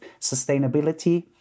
sustainability